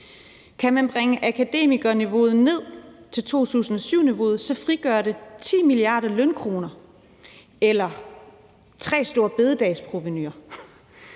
Kan man bringe akademikerniveauet ned til 2007-niveauet, frigør det 10 mia. lønkroner eller tre storebededagsprovenuer.